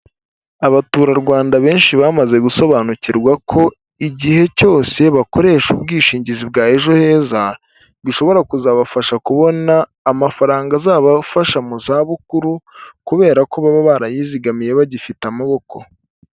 Abaturarwanda benshi bamaze gusobanukirwa ko igihe cyose bakoresha ubwishingizi bwa Ejo heza, bishobora kuzabafasha kubona amafaranga azabafasha mu zabukuru kubera ko baba barayizigamiye bagifite amaboko.